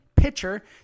pitcher